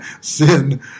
sin